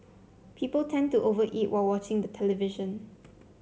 people tend to over eat while watching the television